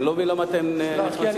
אני לא מבין למה אתם נכנסים,